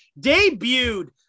debuted